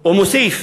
הוא מוסיף: